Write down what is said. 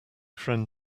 friend